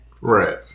Right